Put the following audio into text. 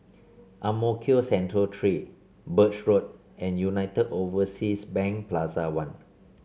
Ang Mo Kio Central Three Birch Road and United Overseas Bank Plaza One